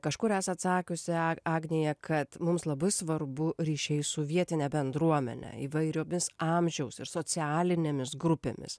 kažkur esat sakiusi a agnija kad mums labai svarbu ryšiai su vietine bendruomene įvairiomis amžiaus ir socialinėmis grupėmis